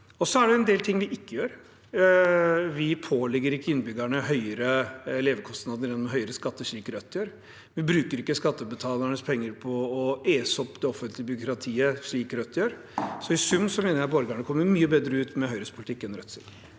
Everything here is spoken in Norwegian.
Så er det en del ting vi ikke gjør. Vi pålegger ikke innbyggerne høyere levekostnader gjennom høyere skatter, slik Rødt gjør. Vi bruker ikke skattebetalernes penger på å ese ut det offentlige byråkratiet, slik Rødt gjør. Så i sum mener jeg borgerne kommer mye bedre ut med Høyres politikk enn med